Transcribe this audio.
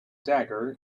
dagger